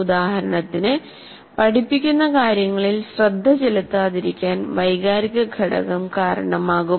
ഉദാഹരണത്തിന് പഠിപ്പിക്കുന്ന കാര്യങ്ങളിൽ ശ്രദ്ധ ചെലുത്താതിരിക്കാൻ വൈകാരിക ഘടകം കാരണമാകും